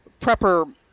prepper